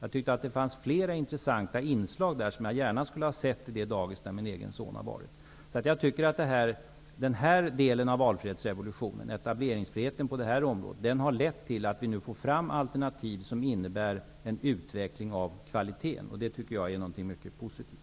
Det fanns flera intressanta inslag på Knatteborgen som jag gärna skulle ha sett på det dagis där min egen son har gått. Den etableringsfrihet som valfrihetsrevolutionen på det här området har inneburit har lett till att det kommer fram alternativ som medför en utveckling av kvaliteten. Det tycker jag är mycket positivt.